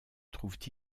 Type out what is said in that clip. trouvent